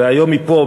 והיום מפה,